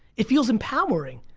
it feels empowering.